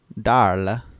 Darla